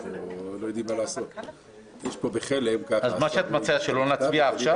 --- את מציעה שלא נצביע עכשיו?